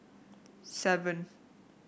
seven